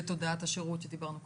זה תודעת השירות שדיברנו קודם.